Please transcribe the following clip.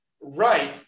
Right